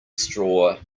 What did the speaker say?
straw